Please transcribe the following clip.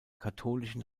katholischen